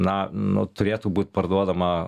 na nu turėtų būt parduodama